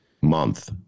month